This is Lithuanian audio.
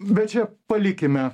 bet čia palikime